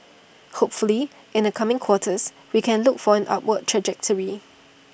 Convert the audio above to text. hopefully in the coming quarters we can look for an upward trajectory